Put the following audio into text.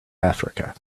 africa